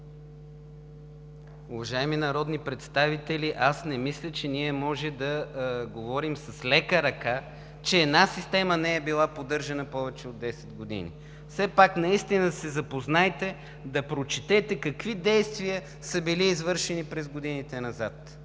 Уважаеми народни представители, не мисля, че ние можем да говорим с лека ръка, че една система не е била поддържана повече от 10 години. Все пак наистина се запознайте, за да прочетете какви действия са били извършени през годините назад.